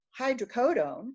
hydrocodone